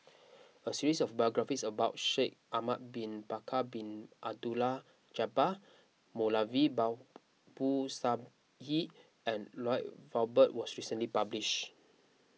a series of biographies about Shaikh Ahmad Bin Bakar Bin Abdullah Jabbar Moulavi Babu Sahib and Lloyd Valberg was recently published